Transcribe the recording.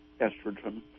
estrogen